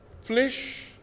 flesh